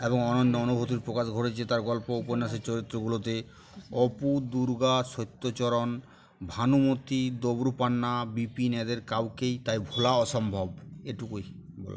এবং অনন্য অনুভূতির প্রকাশ ঘটেছে তার গল্প উপন্যাসের চরিত্রগুলোতে অপু দুর্গা সত্যচরণ ভানুমতি দবরু পান্না বিপিন এদের কাউকেই তাই ভোলা অসম্ভব এটুকুই